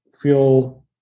feel